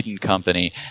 Company